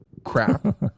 Crap